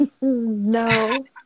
No